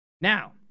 Now